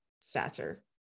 stature